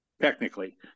technically